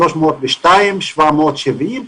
302,770,